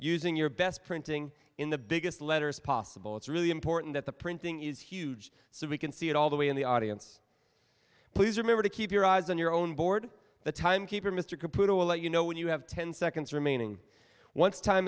using your best printing in the biggest letters possible it's really important that the printing is huge so we can see it all the way in the audience please remember to keep your eyes on your own board the time keeper mr computer will let you know when you have ten seconds remaining once time